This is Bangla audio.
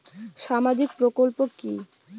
সামাজিক প্রকল্প কি?